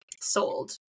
sold